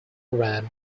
ran